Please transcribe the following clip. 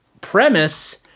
premise